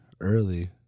early